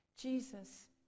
Jesus